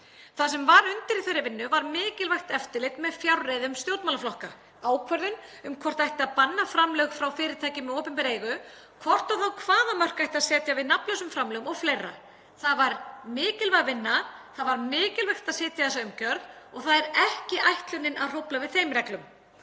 Það sem var undir í þeirri vinnu var mikilvægt eftirlit með fjárreiðum stjórnmálaflokka, ákvörðun um hvort ætti að banna framlög frá fyrirtækjum í opinberri eigu, hvort og þá hvaða mörk ætti að setja við nafnlausum framlögum og fleira. Það var mikilvæg vinna, það var mikilvægt að setja þá umgjörð og það er ekki ætlunin að hrófla við þeim reglum.